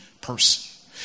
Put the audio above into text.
person